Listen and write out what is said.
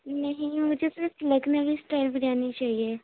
نہیں مجھے صرف لکھنوی اسٹائل بریانی چاہیے